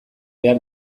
behar